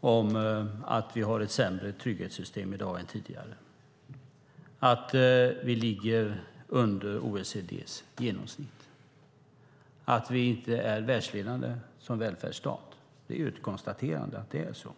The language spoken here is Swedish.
om att vi har ett sämre trygghetssystem i dag än tidigare, att vi ligger under OECD:s genomsnitt och att vi inte är världsledande som välfärdsstat. Det är ett konstaterande att det är så.